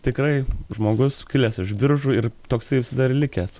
tikrai žmogus kilęs iš biržų ir toksai visada ir likęs